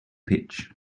pitch